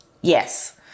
yes